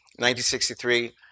1963